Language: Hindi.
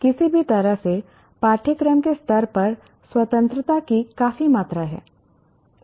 इसलिए किसी भी तरह से पाठ्यक्रम के स्तर पर स्वतंत्रता की काफी मात्रा है